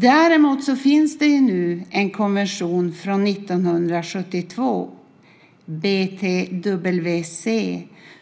Däremot finns det en konvention från 1972, BTWC,